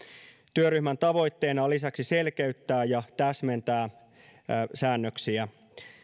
työryhmän tavoitteena on lisäksi selkeyttää ja täsmentää säännöksiä